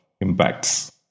impacts